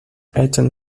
eton